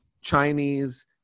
Chinese